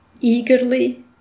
eagerly